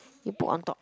you put on top